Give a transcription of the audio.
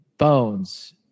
Bones